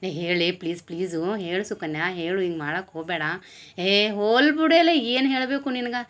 ಏ ಹೇಳೆ please please ಹೇಳು ಸುಕನ್ಯಾ ಹೇಳು ಹಿಂಗೆ ಮಾಡಾಕೆ ಹೋಗ ಬ್ಯಾಡ ಹೇ ಹೋಲ್ ಬುಡೆಲೆ ಏನು ಹೇಳಬೇಕು ನಿನ್ಗ